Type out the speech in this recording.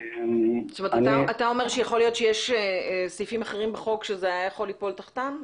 אתה אומר שיכול להיות שיש סעיפים אחרים בחוק שזה היה יכול ליפול תחתם?